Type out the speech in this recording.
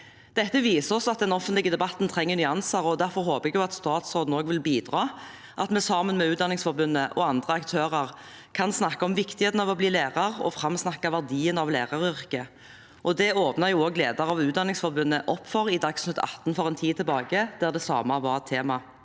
Dette viser oss at den offentlige debatten trenger nyanser, og derfor håper jeg at statsråden også vil bidra til at vi, sammen med Utdanningsforbundet og andre aktører, kan snakke om viktigheten av å bli lærer og framsnakke verdien av læreryrket. Det åpnet jo også lederen av Utdanningsforbundet opp for i Dagsnytt 18 for en tid tilbake, der det samme var tema.